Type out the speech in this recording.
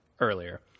earlier